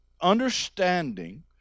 understanding